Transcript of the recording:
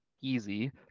easy